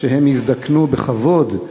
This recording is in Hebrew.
שהם יזדקנו בכבוד.